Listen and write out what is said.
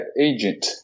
agent